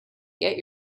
get